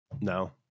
No